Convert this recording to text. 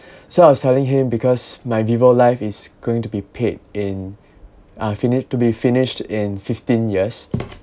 so I was telling him because my vivo life is going to be paid in uh finished to be finished in fifteen years